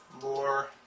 more